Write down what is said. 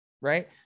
Right